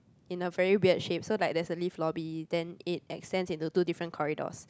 in a very weird shape so like there's a lift lobby then it extends into two different corridors